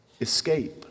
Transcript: escape